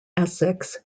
essex